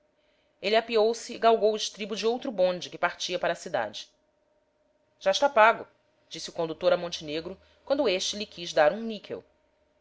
ele apeou-se e galgou o estribo de outro bonde que partia para a cidade já está pago disse o condutor a montenegro quando este lhe quis dar um níquel